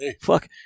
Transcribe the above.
fuck